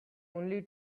only